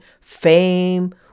fame